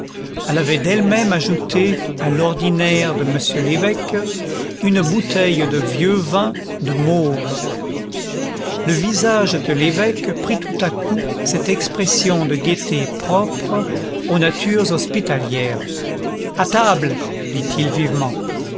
elle avait d'elle-même ajouté à l'ordinaire de m l'évêque une bouteille de vieux vin de mauves le visage de l'évêque prit tout à coup cette expression de gaîté propre aux natures hospitalières à table dit-il vivement